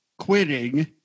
quitting